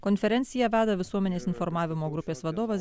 konferenciją veda visuomenės informavimo grupės vadovas